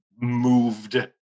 moved